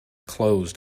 closed